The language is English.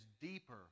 deeper